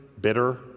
bitter